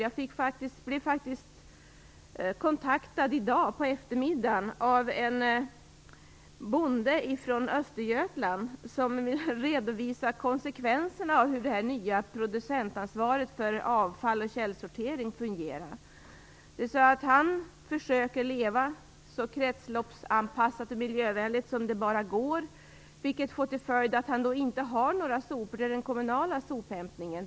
I dag på eftermiddagen blev jag faktiskt kontaktad av en bonde från Östergötland, som redovisade hur det nya producentansvaret för avfall och källsortering fungerar. Han försöker leva så kretsloppsanpassat och miljövänligt som det bara går, vilket får till följd att han inte har några sopor för den kommunala sophämtningen.